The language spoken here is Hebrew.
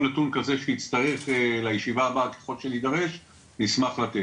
כל נתון כזה שיצטרך לישיבה הבאה ככל שיידרש נשמח לתת.